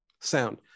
sound